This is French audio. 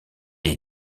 est